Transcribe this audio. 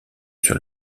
sur